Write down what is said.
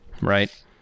right